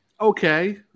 Okay